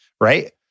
right